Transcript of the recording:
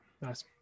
Nice